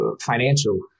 financial